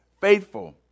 faithful